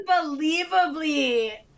Unbelievably